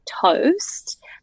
toast